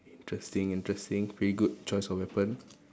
interesting interesting pretty good choice of weapon